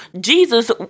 Jesus